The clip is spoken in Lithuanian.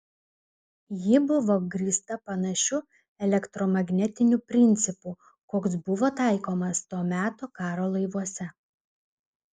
ji buvo grįsta panašiu elektromagnetiniu principu koks buvo taikomas to meto karo laivuose